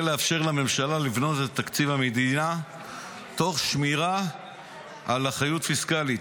לאפשר לממשלה לבנות את תקציב המדינה תוך שמירה על אחריות פיסקלית.